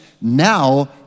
now